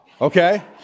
okay